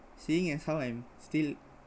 seeing as how I'm still